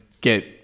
get